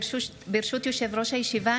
ברשות יושב-ראש הישיבה,